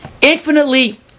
infinitely